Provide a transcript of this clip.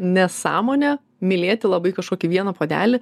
nesąmonė mylėti labai kažkokį vieną puodelį